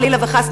חלילה וחס,